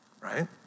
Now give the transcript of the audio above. right